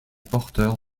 porteurs